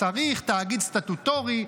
צריך תאגיד סטטוטורי,